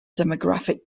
demographic